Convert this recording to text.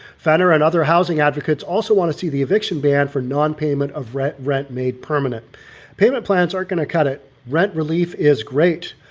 founder and other housing advocates also want to see the eviction ban for non payment of rent rent made permanent payment plans aren't going to cut it. rent relief is great.